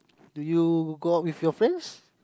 do you go out with your friends